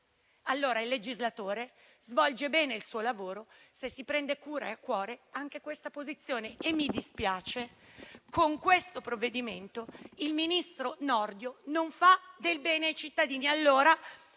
bene? Il legislatore svolge bene il suo lavoro se si prende cura ed ha a cuore anche questa posizione. Mi spiace, ma con questo provvedimento il ministro Nordio non fa del bene ai cittadini.